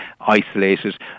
isolated